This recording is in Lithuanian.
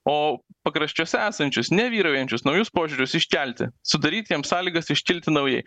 o pakraščiuose esančius ne vyraujančius naujus požiūrius iškelti sudaryti jiems sąlygas iškilti naujai